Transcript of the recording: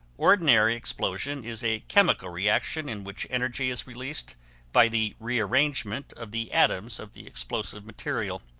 ordinary explosion is a chemical reaction in which energy is released by the rearrangement of the atoms of the explosive material.